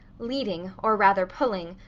leading, or rather pulling,